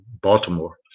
Baltimore